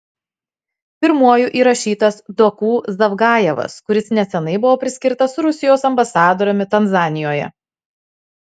pirmuoju įrašytas doku zavgajevas kuris neseniai buvo paskirtas rusijos ambasadoriumi tanzanijoje